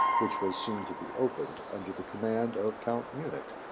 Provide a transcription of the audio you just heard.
which was soon to be opened, under the command of count munich.